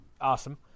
awesome